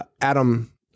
Adam